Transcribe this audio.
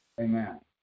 Amen